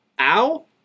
Ow